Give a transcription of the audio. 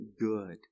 good